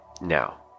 now